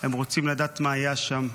הם רוצים לדעת מה היה שם,